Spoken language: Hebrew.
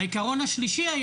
העיקרון השלישי,